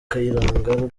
kayirangwa